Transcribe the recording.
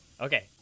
Okay